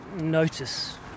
notice